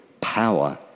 power